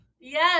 Yes